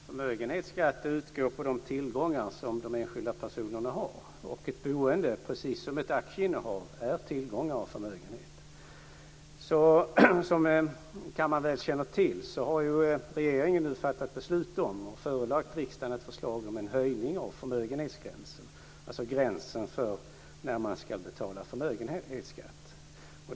Fru talman! Förmögenhetsskatt utgår på de tillgångar som de enskilda personerna har. Ett boende, precis som ett aktieinnehav, är tillgång och förmögenhet. Som kammaren väl känner till har regeringen fattat beslut om och förelagt riksdagen ett förslag om en höjning av förmögenhetsgränsen, dvs. gränsen för när man ska betala förmögenhetsskatt.